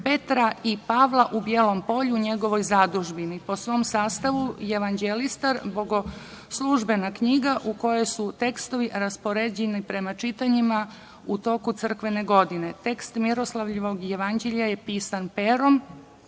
Petra i Pavla u Bijelom Polju, u njegovoj zadužbini, po svom sastavu jevanđelistar – bogoslužbena knjiga u kojoj su tekstovi raspoređeni prema čitanjima u toku crkvene godine. Tekst Miroslavljevog jevanđelja je pisan perom